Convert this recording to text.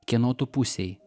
kieno tu pusėj